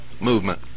movement